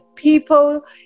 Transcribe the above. people